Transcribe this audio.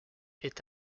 est